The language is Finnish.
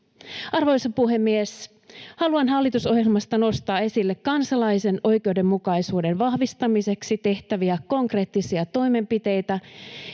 Arvoisa puhemies! Haluan hallitusohjelmasta nostaa esille kansalaisen oikeudenmukaisuuden vahvistamiseksi tehtäviä konkreettisia toimenpiteitä,